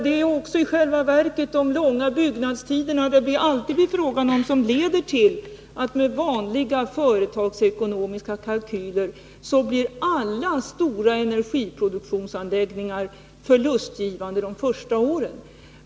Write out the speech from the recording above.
Det är också i själva verket de långa byggnadstiderna, som det alltid blir fråga om, som leder till att — med vanliga företagsekonomiska kalkyler — alla stora energiproduktionsanläggningar blir förlustgivande de första åren.